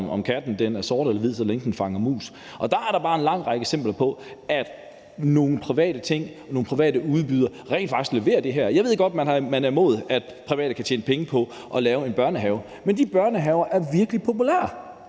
om katten er sort eller hvid, så længe den fanger mus. Der er der bare en lang række eksempler på, at nogle private ting, nogle private udbydere rent faktisk leverer det her. Jeg ved godt, at man er imod, at private kan tjene penge på at lave en børnehave, men de børnehaver er virkelig populære.